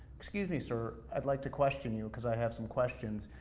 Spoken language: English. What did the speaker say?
excuse me sir, i'd like to question you because i have some questions,